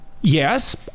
yes